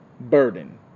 burden